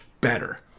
better